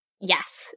yes